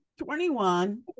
21